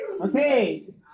Okay